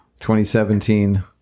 2017